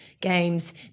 games